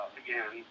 again